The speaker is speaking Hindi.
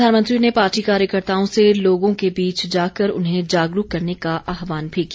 प्रधानमंत्री ने पार्टी कार्यकर्ताओं से लोगों के बीच जाकर उन्हें जागरूक करने का आह्वान भी किया